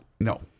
No